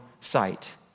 sight